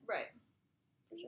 Right